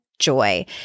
joy